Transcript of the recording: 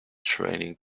training